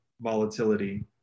volatility